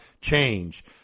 change